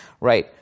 Right